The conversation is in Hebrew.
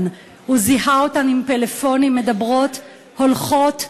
הוא זיהה אותן עם פלאפונים, מדברות, הולכות.